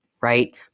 right